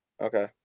Okay